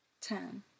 ten